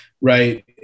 Right